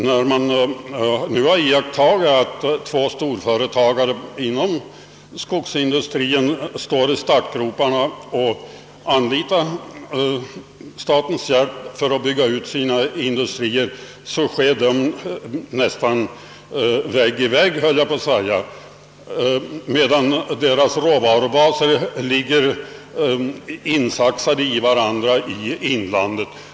Vi har nu iakttagit att när två storföretag inom skogsindustrin ligger i startgroparna för att bygga ut sina industrier med anlitande av statens hjälp, så sker utbyggnaden nästan vägg i vägg med varandra, och deras råvarubaser ligger saxade i varandra i inlandet.